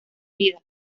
vida